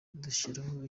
dushyiraho